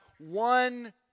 one